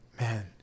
Man